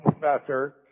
professor